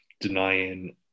denying